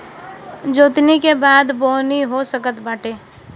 जोतनी के बादे बोअनी हो सकत बाटे